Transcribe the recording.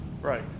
Right